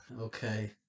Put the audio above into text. Okay